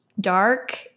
dark